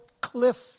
cliff